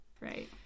right